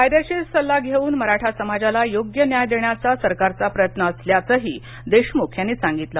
कायदेशीर सल्ला घेऊन मराठा समाजाला योग्य न्याय देण्याचा सरकारचा प्रयत्न असल्याचंही देशमूख यांनी सांगितलं